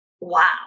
wow